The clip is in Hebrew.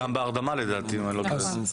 גם בהרדמה, לדעתי, אם אני לא טועה.